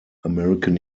american